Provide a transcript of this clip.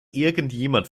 irgendjemand